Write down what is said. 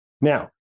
now